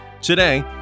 Today